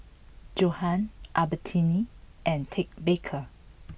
Johan Albertini and Ted Baker